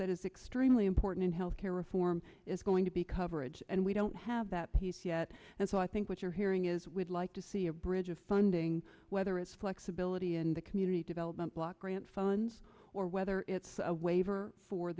that is extremely important in health care reform is going to be coverage and we don't have that piece and so i think what you're hearing is would like to see a bridge of funding whether it's flexibility in the community development block grant phones or whether it's a waiver for